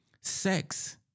sex